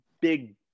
big